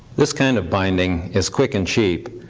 this kind of binding is quick and cheap,